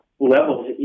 Levels